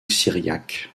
syriaque